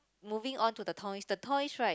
moving on to the toys the toys right